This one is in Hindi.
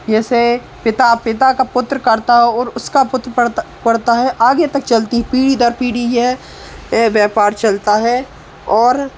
जैसे पिता पिता का पुत्र करता हो और उसका पुत्र पढ़ता पढ़ता है और आगे तक चलती पीढ़ी दर पीढ़ी यह ये व्यापार चलता है और